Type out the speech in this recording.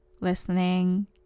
listening